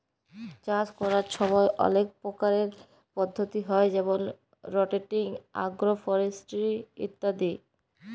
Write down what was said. চাষ ক্যরার ছময় অলেক পরকারের পদ্ধতি হ্যয় যেমল রটেটিং, আগ্রো ফরেস্টিরি ইত্যাদি